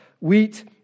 wheat